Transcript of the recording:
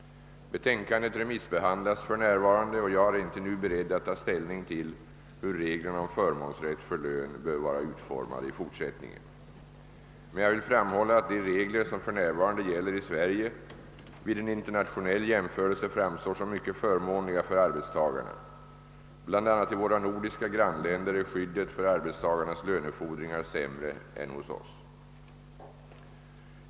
Betänkandet remissbehandlas för närvarande, och jag är inte nu beredd att ta ställning till hur reglerna om förmånsrätt för lön bör vara utformade i fortsättningen. Men jag vill framhålla att de regler som för närvarande gäller i Sverige vid en internationell jämförelse framstår som mycket förmånliga för arbetstagarna. Bl.a. i våra nordiska grannländer är skyddet för arbetstagarens lönefordringar sämre än hos oss.